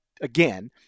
again